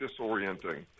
disorienting